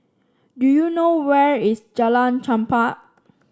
do you know where is Jalan Chempah